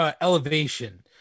Elevation